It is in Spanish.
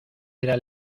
era